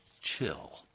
chill